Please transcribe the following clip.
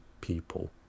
people